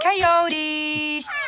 coyotes